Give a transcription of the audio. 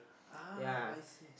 ah I see